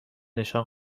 نشان